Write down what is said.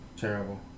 terrible